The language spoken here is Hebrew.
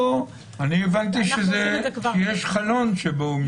הבנתי שיש חלון שבו הוא מסתכל.